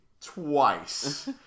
twice